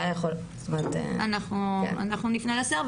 אנחנו נפנה לשר,